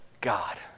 God